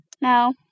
No